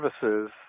services